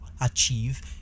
achieve